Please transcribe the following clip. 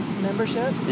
membership